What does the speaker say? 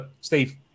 steve